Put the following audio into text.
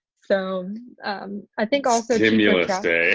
so i think also stimulus day